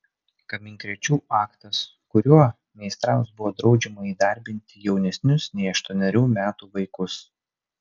kaminkrėčių aktas kuriuo meistrams buvo draudžiama įdarbinti jaunesnius nei aštuonerių metų vaikus